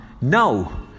No